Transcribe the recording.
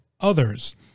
others